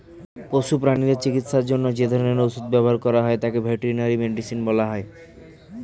পশু প্রানীদের চিকিৎসার জন্য যে ওষুধ ব্যবহার করা হয় তাকে ভেটেরিনারি মেডিসিন বলা হয়